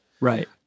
Right